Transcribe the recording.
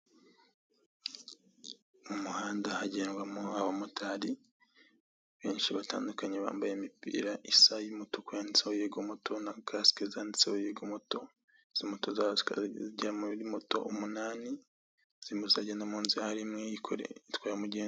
Mu muhanda hagendwamo abamotari, benshi batandukanye bambaye imipira isa y'umutuku yanditseho yego moto, na kasike zanditseho yego moto, izo moto zikaba zigera mu munani zirimo ziragenda mu nzira harimo n'itwaye umugenzi.